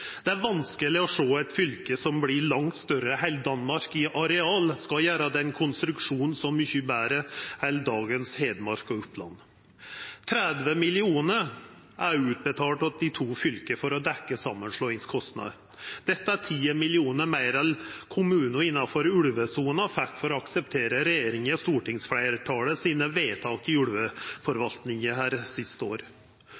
Det er vanskeleg å sjå at eit fylke som vert langt større enn Danmark i areal, skal gjera den konstruksjonen så mykje betre enn dagens Hedmark og Oppland. 30 mill. kr er utbetalt til dei to fylka for å dekkja samanslåingskostnadene. Dette er 10 mill. kr meir enn kommunar innanfor ulvesona fekk for å akseptera regjeringas og stortingsfleirtalets vedtak i